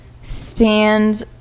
Stand